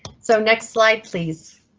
so next slide, please.